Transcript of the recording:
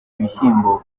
ibishyimbo